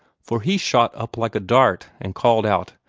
for he shot up like a dart, and called out,